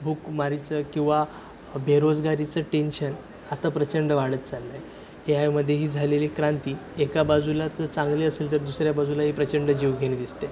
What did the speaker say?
भुकमारीचं किंवा बेरोजगारीचं टेन्शन आता प्रचंड वाढत चाललं आहे ए आयमध्ये ही झालेली क्रांती एका बाजूलाच चांगली असेल तर दुसऱ्या बाजूलाही प्रचंड जीवघेणी दिसते